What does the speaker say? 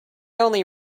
only